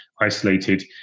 isolated